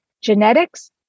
genetics